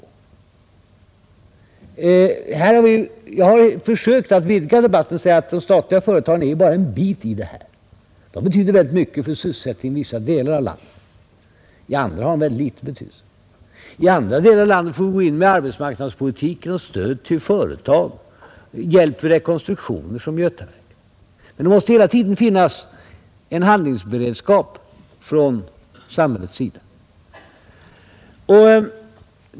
Jag har försökt vidga debatten och säga att de statliga företagen bara är en bit av det hela; de betyder mycket för sysselsättningen i vissa delar av landet, men i andra delar har de väldigt liten betydelse. I några delar av landet får vi gripa in med arbetsmarknadspolitik och stöd till företag, vi får hjälpa till vid rekonstruktioner som i fallet Götaverken. Men det måste hela tiden finnas en handlingsberedskap från samhällets sida.